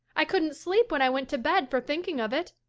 i couldn't sleep when i went to bed for thinking of it.